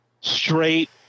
straight